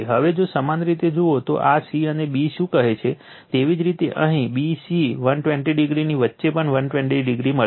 હવે જો સમાન રીતે જુઓ તો આને c અને b શું કહે છે તેવી જ રીતે અહીં b c 120o ની વચ્ચે પણ 120o મળશે